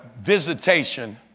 visitation